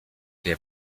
der